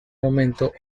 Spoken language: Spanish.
momento